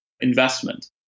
investment